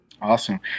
Awesome